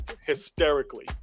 Hysterically